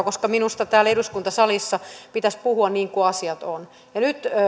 koska minusta täällä eduskuntasalissa pitäisi puhua niin kuin asiat ovat ja nyt